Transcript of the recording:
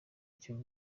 icyo